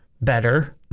better